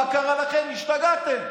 מה קרה לכם, השתגעתם?